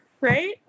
right